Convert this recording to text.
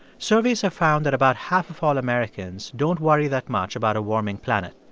surveys have found that about half of all americans don't worry that much about a warming planet.